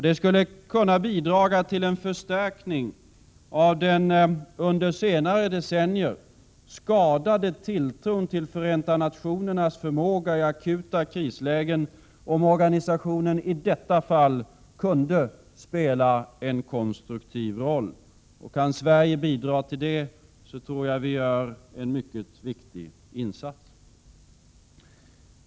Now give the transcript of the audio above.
Det skulle kunna bidra till en förstärkning av den under senare decennier skadade tilltron till Förenta nationernas förmåga att hantera akuta krislägen, om organisationen i detta fall kunde spela en konstruktiv roll. Om Sverige kunde bidra till detta, tror jag att vi skulle göra en mycket viktig insats.